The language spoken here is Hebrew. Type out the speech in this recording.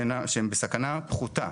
שהם בסכנה פחותה.